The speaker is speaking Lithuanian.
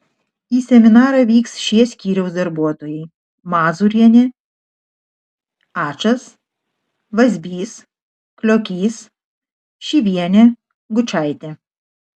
į seminarą vyks šie skyriaus darbuotojai mazūrienė ačas vazbys kliokys šyvienė gučaitė